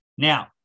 Now